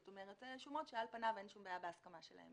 כלומר שומות שעל פניהן אין שום בעיה בהסכמה שלהן.